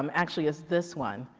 um actually it's this one.